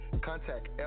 contact